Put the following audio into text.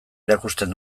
erakusten